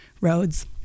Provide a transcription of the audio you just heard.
roads